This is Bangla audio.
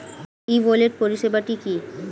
ই ওয়ালেট পরিষেবাটি কি?